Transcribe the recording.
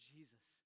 Jesus